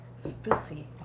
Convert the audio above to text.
Filthy